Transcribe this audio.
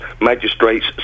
magistrates